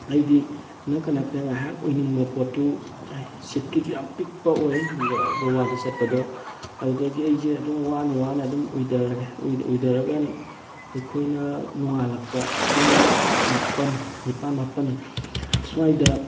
ꯍꯥꯏꯗꯤ ꯑꯃꯨꯛ ꯀꯩꯅꯣ ꯉꯥꯏꯍꯥꯛ ꯎꯏꯅꯤꯡꯕ ꯄꯣꯠꯇꯨ ꯁꯤꯠꯇꯨꯁꯨ ꯌꯥꯝ ꯄꯤꯛꯄ ꯑꯣꯏ ꯒꯋꯥꯗ ꯆꯠꯄꯗꯣ ꯑꯗꯨꯗꯒꯤ ꯑꯩꯁꯦ ꯑꯗꯨꯝ ꯋꯥꯅ ꯋꯥꯅ ꯑꯗꯨꯝ ꯎꯏꯊꯔꯒꯦ ꯎꯏꯊꯔꯒ ꯑꯩꯈꯣꯏꯅ ꯅꯣꯡꯉꯥꯜꯂꯛꯄ ꯄꯨꯡ ꯃꯥꯄꯜ ꯅꯤꯄꯥꯜ ꯃꯥꯄꯜ ꯁꯨꯋꯥꯏꯗ